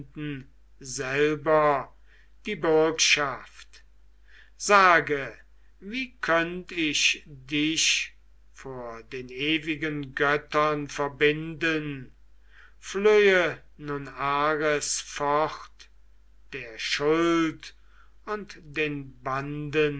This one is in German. die bürgschaft sage wie könnt ich dich vor den ewigen göttern verbinden flöhe nun ares fort der schuld und den banden